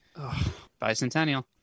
Bicentennial